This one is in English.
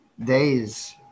Days